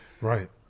Right